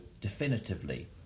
definitively